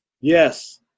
yes